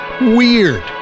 Weird